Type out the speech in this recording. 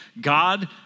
God